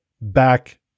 back